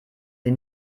sie